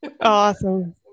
awesome